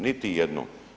Niti jednom.